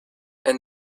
and